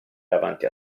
davanti